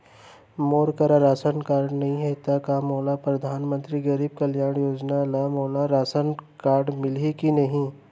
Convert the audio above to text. मोर करा ration card नहीं है त का मोल परधानमंतरी गरीब कल्याण योजना ल मोला राशन मिलही कि नहीं?